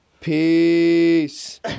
Peace